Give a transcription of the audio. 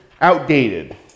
outdated